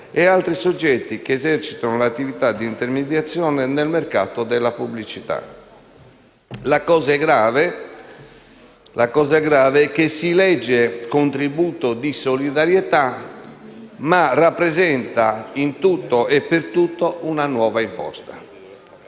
di altri soggetti che esercitano l'attività di intermediazione nel mercato della pubblicità. La cosa grave è che si legge «contributo di solidarietà», ma esso rappresenta in tutto e per tutto una nuova imposta.